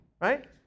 right